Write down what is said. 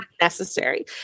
necessary